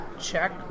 check